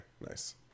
nice